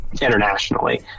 internationally